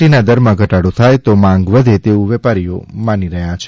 T ના દરમાં ઘટાડો થાય તો માંગ વધે તેવું વેપારીઓ માને છે